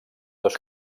dos